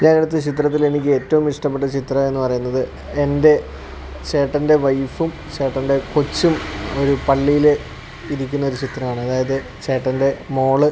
ഞാനെടുത്ത ചിത്രത്തിലെനിക്കേറ്റവും ഇഷ്ടപ്പെട്ട ചിത്രമെന്ന് പറയുന്നത് എന്റെ ചേട്ടൻ്റെ വൈഫും ചേട്ടൻ്റെ കൊച്ചും ഒരു പള്ളിയിൽ ഇരിക്കുന്ന ഒരു ചിത്രമാണ് അതായത് ചേട്ടന്റെ മോള്